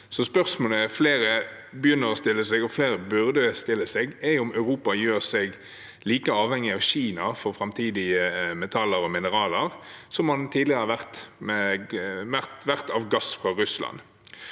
Spørsmålet flere begynner å stille seg, og som flere burde stille seg, er om Europa gjør seg like avhengig av Kina for framtidige metaller og mineraler som man tidligere har